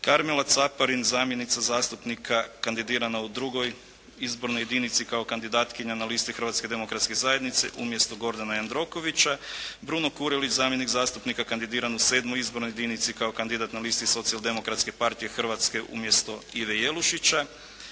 Karmela Caparin zamjenica zastupnika kandidirana u II. izbornoj jedinici kao kandidatkinja na listi Hrvatske demokratske zajednice umjesto Gordana Jandrokovića, Bruno Kurelić zamjenik zastupnika kandidiran u VII. izbornoj jedinici kao kandidat na listi Socijal-demokratske partije Hrvatske umjesto Ive Jelušića,